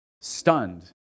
stunned